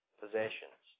possessions